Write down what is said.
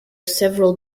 several